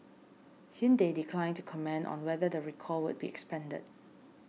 Hyundai declined to comment on whether the recall would be expanded